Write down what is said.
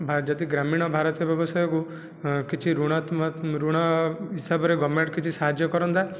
ବା ଯଦି ଗ୍ରାମୀଣ ଭାରତ ବ୍ୟବସାୟକୁ କିଛି ଋଣାତ୍ମ ଋଣ ହିସାବରେ ଗଭର୍ଣ୍ଣମେଣ୍ଟ କିଛି ସାହାଯ୍ୟ କରନ୍ତା